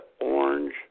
orange